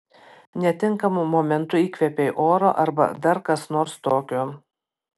netinkamu momentu įkvėpei oro arba dar kas nors tokio